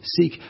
Seek